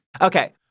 Okay